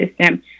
system